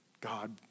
God